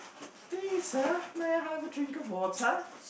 please sir may I have a drink of water